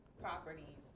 property